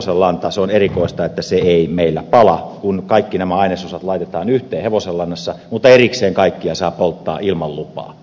se on erikoista että se ei meillä pala kun kaikki nämä ainesosat laitetaan yhteen hevosen lannassa mutta erikseen kaikkia saa polttaa ilman lupaa